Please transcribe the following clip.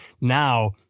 Now